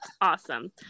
Awesome